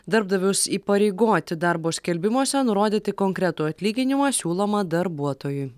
darbdavius įpareigoti darbo skelbimuose nurodyti konkretų atlyginimą siūlomą darbuotojui